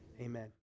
amen